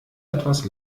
etwas